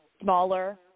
smaller